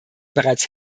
bereits